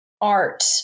art